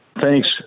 Thanks